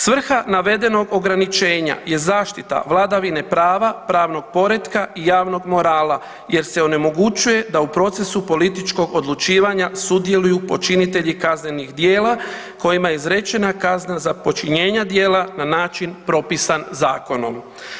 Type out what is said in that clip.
Svrha navedenog ograničenja je zaštita vladavine prava, pravnog poretka i javnog morala jer se onemogućuje da u procesu političkog odlučivanja sudjeluju počinitelji kaznenih djela kojima je izrečena kazna za počinjenje djela na način propisan zakonom.